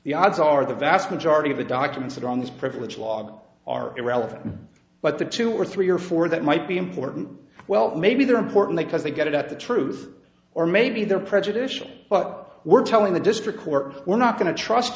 the odds are the vast majority of the documents that are on this privilege law are irrelevant but the two or three or four that might be important well maybe they're important because they get at the truth or maybe they're prejudicial but we're telling the district court we're not going to trust